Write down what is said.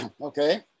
Okay